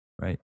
right